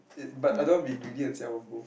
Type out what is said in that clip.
it but I don't want to be greedy and say I wan both